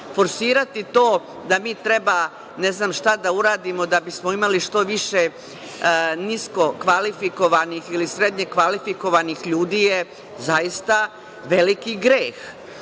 forsirati to da mi treba ne znam šta da uradimo da bi smo imali što više nisko kvalifikovanih ili srednje kvalifikovanih ljudi je zaista veliki greh. Mi